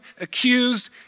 accused